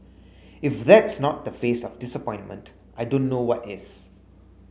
if that's not the face of disappointment I don't know what is